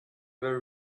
were